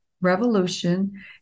Revolution